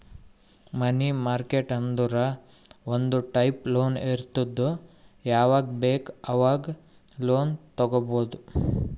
ಮನಿ market ಅಂದುರ್ ಒಂದ್ type loan ಇರ್ತುದ್ ಯಾವಾಗ್ ಬೇಕ್ ಆವಾಗ್ ಲೋನ್ ತಗೊಬೋದ್